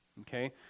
Okay